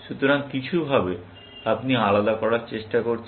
সুতরাং কিছু ভাবে আপনি আলাদা করার চেষ্টা করছেন